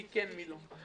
מי כן ומי לא.